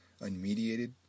unmediated